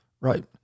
Right